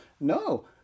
No